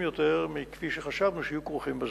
יותר מכפי שחשבנו שיהיו כרוכים בזה.